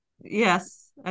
Yes